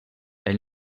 elle